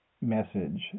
message